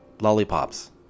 lollipops